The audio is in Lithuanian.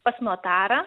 pas notarą